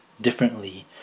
differently